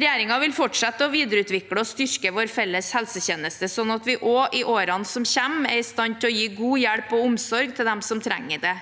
Regjeringen vil fortsette å videreutvikle og styrke vår felles helsetjeneste slik at vi også i årene som kommer, er i stand til å gi god hjelp og omsorg til dem som trenger det.